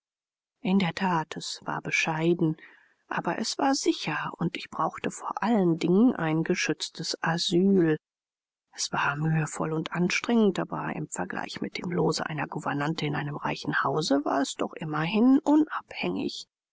in der that es war bescheiden aber es war sicher und ich brauchte vor allen dingen ein geschütztes asyl es war mühevoll und anstrengend aber im vergleich mit dem lose einer gouvernante in einem reichen hause war es doch immerhin unabhängig